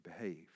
behave